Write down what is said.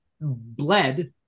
bled